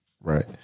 Right